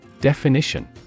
Definition